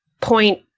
point